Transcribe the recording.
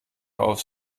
auf